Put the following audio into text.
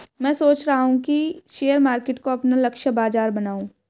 मैं सोच रहा हूँ कि शेयर मार्केट को अपना लक्ष्य बाजार बनाऊँ